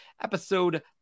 episode